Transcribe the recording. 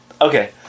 Okay